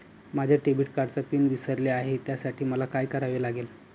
माझ्या डेबिट कार्डचा पिन विसरले आहे त्यासाठी मला काय करावे लागेल?